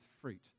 fruit